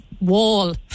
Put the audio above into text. wall